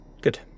Good